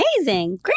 amazing